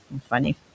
funny